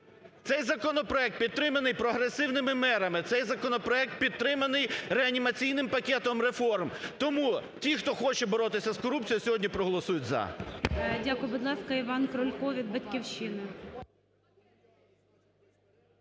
Цей законопроект підтриманий прогресивними мерами, цей законопроект підтриманий Реанімаційним пакетом реформ. Тому ті, хто хоче боротися з корупцією, сьогодні проголосують "за". ГОЛОВУЮЧИЙ. Дякую. Будь ласка, Іван Крулько від "Батьківщини".